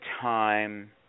time